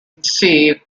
conceive